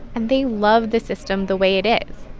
and they love the system the way it is.